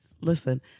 Listen